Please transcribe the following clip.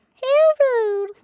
Hello